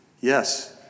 yes